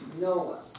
Noah